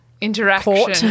interaction